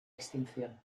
extinción